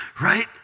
right